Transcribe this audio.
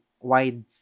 wide